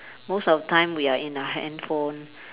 most of the time we are in our handphone